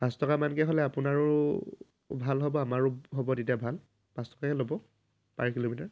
পাঁচ টকা মানকৈ হ'লে আপোনাৰো ভাল হ'ব আমাৰো হ'ব তেতিয়া ভাল পাঁচ টকাকৈ ল'ব পাৰ কিলোমিটাৰ